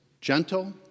gentle